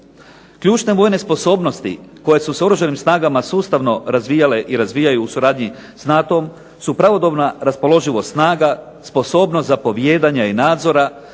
Ključne vojne sposobnosti koje su s Oružanim snagama sustavno razvijale i razvijaju s NATO su pravodobna raspoloživost snaga, sposobnost zapovijedanja i nadzora,